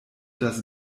das